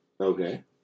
Okay